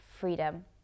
freedom